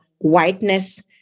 whiteness